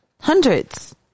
hundreds